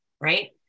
right